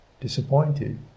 disappointed